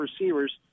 receivers